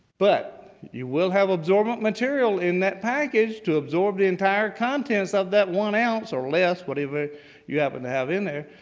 but, you will have absorbent material in that package to absorb the entire contents of that one ounce or less of whatever you happen to have in there.